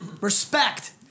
Respect